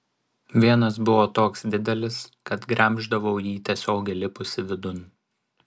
vienas buvo toks didelis kad gremždavau jį tiesiog įlipusi vidun